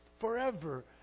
Forever